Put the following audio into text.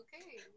okay